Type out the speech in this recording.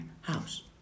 house